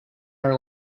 our